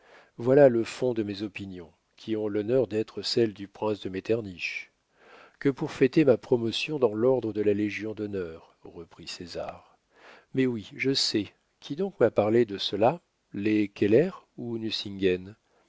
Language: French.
voilà le fond de mes opinions qui ont l'honneur d'être celles du prince de metternich que pour fêter ma promotion dans l'ordre de la légion-d'honneur reprit césar mais oui je sais qui donc m'a parlé de cela les keller ou